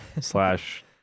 slash